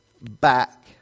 back